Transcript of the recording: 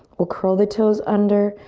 we'll curl the toes under.